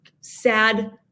sad